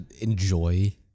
enjoy